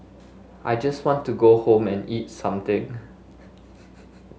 I just want to go home and eat something